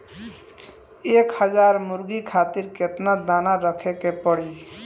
एक हज़ार मुर्गी खातिर केतना दाना रखे के पड़ी?